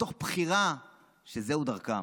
מתוך בחירה שזוהי דרכן.